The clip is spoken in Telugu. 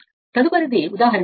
కాబట్టి ఆ ఉదాహరణ 6